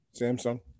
Samsung